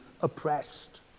oppressed